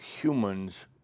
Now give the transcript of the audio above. humans